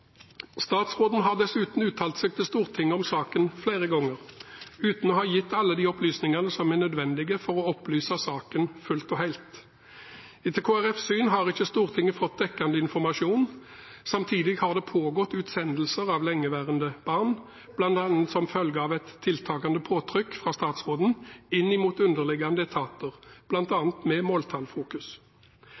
Statsråden har dessuten uttalt seg til Stortinget om saken flere ganger uten å ha gitt alle de opplysningene som er nødvendige for å opplyse saken fullt og helt. Etter Kristelig Folkepartis syn har ikke Stortinget fått dekkende informasjon. Samtidig har det pågått utsendelser av lengeværende barn, bl.a. som følge av et tiltakende påtrykk fra statsråden inn mot underliggende etater, bl.a. med et måltallfokus.